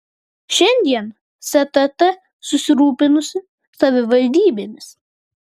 šiandien stt susirūpinusi savivaldybėmis